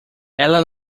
ela